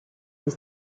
les